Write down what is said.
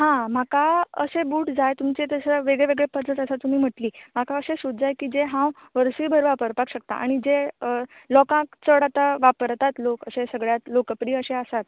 हां म्हाकां अशें बूट जाय तुमच्या थंयसर वेगळे वेगळे परचेज आसा तुमी म्हटली म्हाकां अशें शूज जाय जे वर्सभर वापरपाक शकतात आनी जे लोकांक चड आता वापरतात लोक अशें सगळ्यांक लोकप्रिय अशें आसात